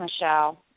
Michelle